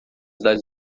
das